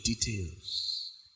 details